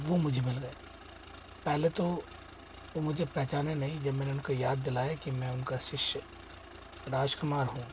वो मुझे मिल गए पहले तो वो मुझे पहचाने नहीं जब मैंने उनको याद दिलाया कि मैं उनका शिष्य राजकुमार हूँ